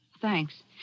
Thanks